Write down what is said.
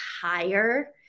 higher